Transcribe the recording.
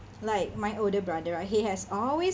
like my older brother he has always